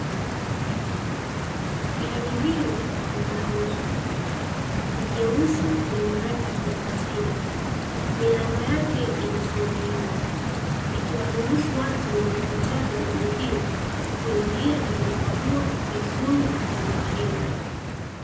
Gari hili linauzwa ni jeusi lenye rangi ya kuvutia, milango yake imefunguliwa ikiwaruhusu watu wenye uhitaji wa gari hili kuingia kukagua vizuri, na kwa umakini.